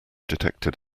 detected